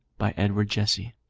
by edward jesse